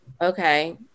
okay